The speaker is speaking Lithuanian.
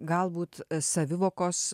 galbūt savivokos